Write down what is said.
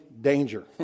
danger